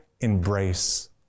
embrace